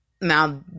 now